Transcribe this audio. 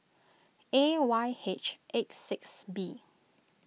A Y H eight six B